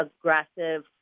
aggressive